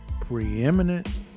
preeminent